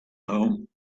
home